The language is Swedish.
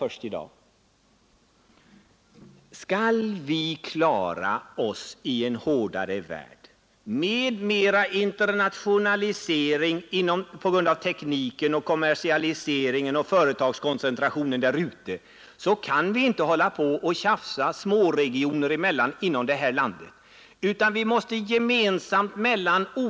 Om vi skall klara oss i en hårdare värld, mera internationaliserad på grund av tekniken, kommersialisering och företagskoncentration utanför våra gränser — bör inte regionerna inom landet hålla på och diskutera sinsemellan.